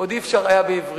עוד אי-אפשר היה בעברית.